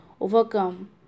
overcome